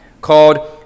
called